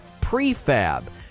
prefab